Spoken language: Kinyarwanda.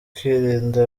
kwirinda